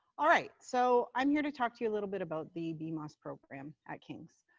all right, so i'm here to talk to you a little bit about the bmos program at king's.